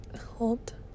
hold